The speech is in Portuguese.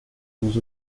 nos